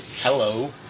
Hello